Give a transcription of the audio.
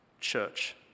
church